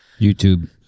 YouTube